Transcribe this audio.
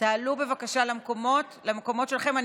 תעלו בבקשה למקומות שלכם.